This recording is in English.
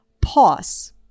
pause